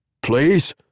Please